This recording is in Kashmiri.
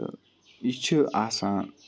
تہٕ یہِ چھِ آسان